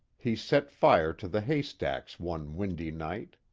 he set fire to the hay stacks one windy night.